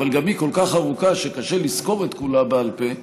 אבל גם היא כל כך ארוכה שקשה לזכור את כולה בעל פה,